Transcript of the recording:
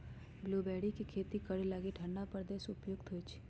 blueberry के खेती करे लागी ठण्डा प्रदेश उपयुक्त होइ छै